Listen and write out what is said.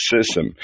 system